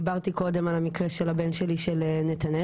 דיברתי קודם על המקרה של הבן שלי של נתנאל.